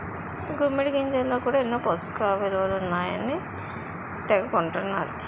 గుమ్మిడి గింజల్లో కూడా ఎన్నో పోసకయిలువలు ఉంటాయన్నారని తెగ కొంటన్నరు